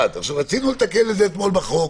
רצינו לתקן את זה אתמול בחוק.